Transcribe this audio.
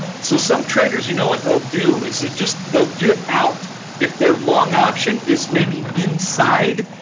so some traders, you know what they'll do is just they'll get out if their long option is maybe inside